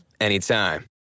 anytime